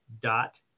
dot